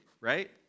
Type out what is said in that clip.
right